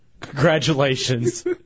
Congratulations